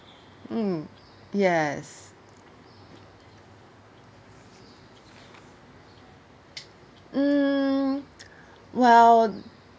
mm yes mm well